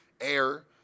air